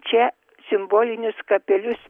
čia simbolinis kapelius